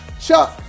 Chuck